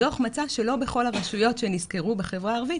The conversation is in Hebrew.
הדו"ח מצא שלא בכל הרשויות שנסקרו בחברה הערבית